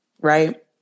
right